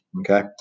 Okay